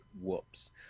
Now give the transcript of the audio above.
whoops